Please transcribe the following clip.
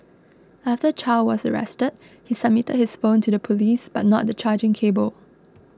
after Chow was arrested he submitted his phone to the police but not the charging cable